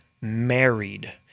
married